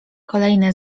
kolejne